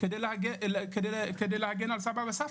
כדי להגן על סבא וסבתא?